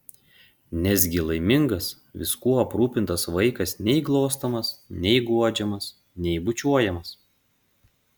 nesgi laimingas viskuo aprūpintas vaikas nei glostomas nei guodžiamas nei bučiuojamas